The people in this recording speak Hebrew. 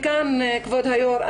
מכאן כבוד היו"ר,